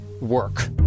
work